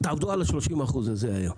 תעבדו על ה-30% היום.